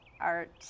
art